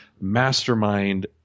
mastermind